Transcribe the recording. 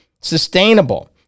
sustainable